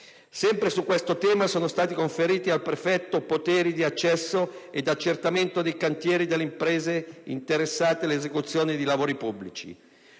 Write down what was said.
Sempre su questo tema sono stati conferiti al prefetto poteri di accesso ed accertamento nei cantieri delle imprese interessate all'esecuzione di lavori pubblici.